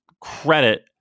credit